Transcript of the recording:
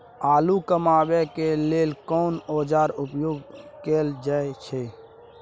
आलू कमाबै के लेल कोन औाजार उपयोग कैल जाय छै?